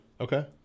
Okay